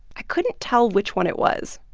i couldn't tell which one it was.